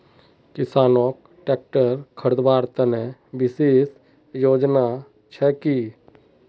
किसानोक ट्रेक्टर खरीदवार तने विशेष योजना छे कि?